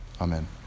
Amen